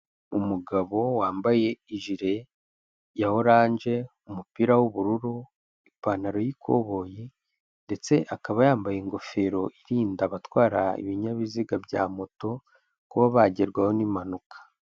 Umugabo wambaye ijire ya oranje, umupira w'ubururu, ipantaro y'ikoboyi ndetse akaba yambaye ingofero irinda abatwara ibinyabiziga bya moto kuba bagerwaho n'impanuka.